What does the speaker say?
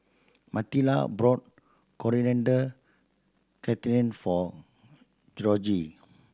Matilda brought Coriander Chutney for Gregory